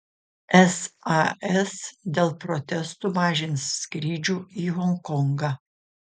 sas dėl protestų mažins skrydžių į honkongą